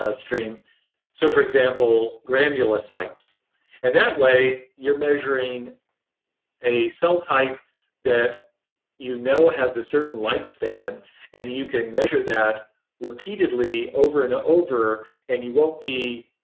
ah so for example granular sites and that way you're measuring a cell type that you know has a certain lifespan and you can measure that repeatedly over and over and you won't be